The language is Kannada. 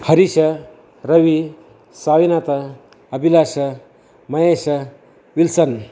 ಹರೀಶ ರವಿ ಸಾಯಿನಾಥ ಅಭಿಲಾಷ ಮಹೇಶ ವಿಲ್ಸನ್